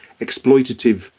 exploitative